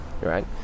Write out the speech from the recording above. right